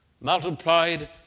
multiplied